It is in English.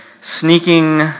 sneaking